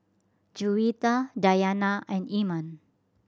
Juwita Dayana and Iman